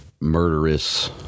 murderous